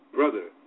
brother